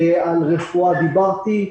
על רפואה דיברתי.